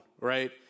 right